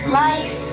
life